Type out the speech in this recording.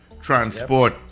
transport